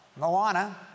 Moana